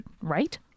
right